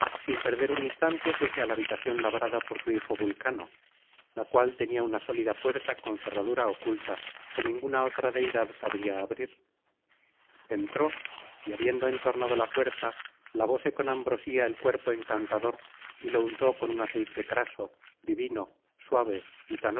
sin perder un instante fuese á la habitación labrada por su hijo vulcano la cual tenía una sólida puerta con cerradura oculta que ninguna otra deidad sabía abrir entró y habiendo entornado la puerta lavóse con ambrosía el cuerpo encantador y lo untó con un aceite craso